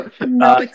No